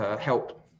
help